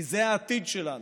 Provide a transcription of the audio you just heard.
כי זה העתיד שלנו.